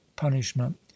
Punishment